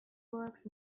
works